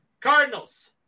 Cardinals